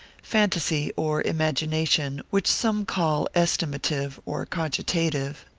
phantasy, or imagination, which some call estimative, or cogitative,